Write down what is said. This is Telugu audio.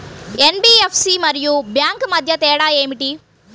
ఎన్.బీ.ఎఫ్.సి మరియు బ్యాంక్ మధ్య తేడా ఏమిటీ?